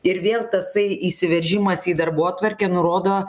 ir vėl tasai įsiveržimas į darbotvarkę nurodo